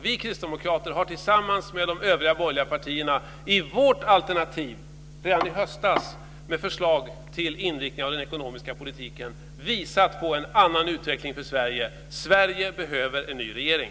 Vi kristdemokrater har tillsammans med de övriga borgerliga partierna i vårt alternativ redan i höstas med förslag till inriktningen av en ekonomiska politiken visat på en annan utveckling för Sverige. Sverige behöver en ny regering.